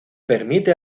permite